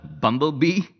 bumblebee